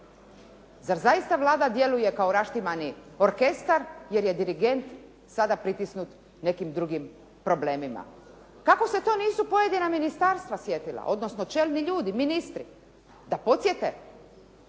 Zar zaista Vlada djeluje kao rašitmani orkestar, jer je dirigent sada pritisnut nekim drugim problemima. Kako se to nisu pojedina ministarstva sjetila, odnosno čelni ljudi, ministri da podsjete